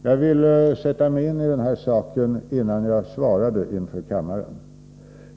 Jag ville sätta mig in i den här saken innan jag svarade inför kammaren.